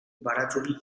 baratxuri